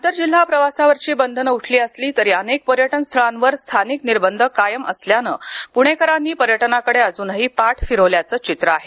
आंतर जिल्हा प्रवासावरची बंधनं उठली असली तरी अनेक पर्यटन स्थळांवर स्थानिक निर्बंध कायम असल्यानं पुणेकरांनी पर्यटनाकडे अजूनही पाठ फिरवल्याचंच चित्र आहे